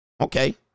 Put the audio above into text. Okay